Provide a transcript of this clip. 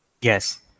Yes